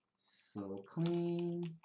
so clean.